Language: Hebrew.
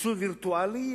פיצול וירטואלי,